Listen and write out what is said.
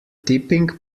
tipping